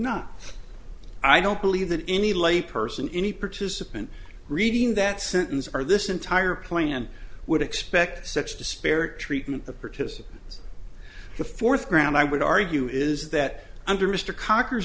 not i don't believe that any lay person any participant reading that sentence or this entire plan would expect such disparate treatment the participants the forth ground i would argue is that under mr cock